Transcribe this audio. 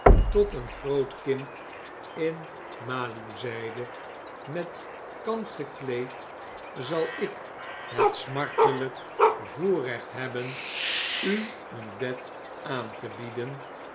tot een groot kind in maluw zijde met kant gekleed zal ik het smartelykvoorrecht hebben u een bed aan te bieden